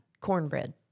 Cornbread